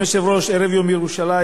אדוני היושב-ראש, ערב יום ירושלים.